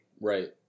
Right